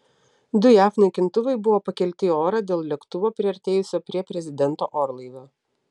du jav naikintuvai buvo pakelti į orą dėl lėktuvo priartėjusio prie prezidento orlaivio